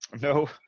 No